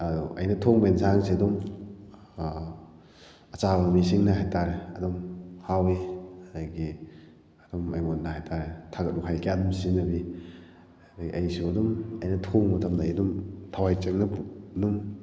ꯑꯗꯨ ꯑꯩꯅ ꯊꯣꯡꯕ ꯏꯟꯁꯥꯡꯁꯤ ꯑꯗꯨꯝ ꯑꯆꯥꯕ ꯃꯤꯁꯤꯡꯅ ꯍꯥꯏꯇꯥꯔꯦ ꯑꯗꯨꯝ ꯍꯥꯎꯏ ꯑꯗꯒꯤ ꯑꯗꯨꯝ ꯑꯩꯉꯣꯟꯗ ꯍꯥꯏꯇꯥꯔꯦ ꯊꯥꯒꯠ ꯋꯥꯍꯩ ꯀꯌꯥ ꯑꯃ ꯁꯤꯖꯤꯟꯅꯕꯤ ꯑꯗꯒꯤ ꯑꯩꯁꯨ ꯑꯗꯨꯝ ꯑꯩꯅ ꯊꯣꯡꯕ ꯃꯇꯝꯗ ꯑꯩ ꯑꯗꯨꯝ ꯊꯋꯥꯏ ꯆꯪꯅ ꯑꯗꯨꯝ